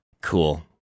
Cool